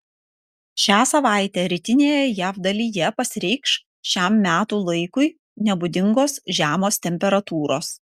šią savaitę rytinėje jav dalyje pasireikš šiam metų laikui nebūdingos žemos temperatūros